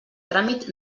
tràmit